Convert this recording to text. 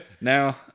now